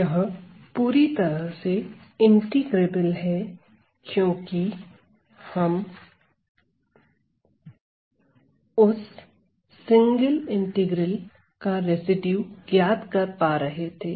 यह पूरी तरह से इंटीग्रेबल है क्योंकि हम उस सिंगल इंटीग्रल का रेसिड्यू ज्ञात कर पा रहे थे